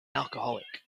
alcoholic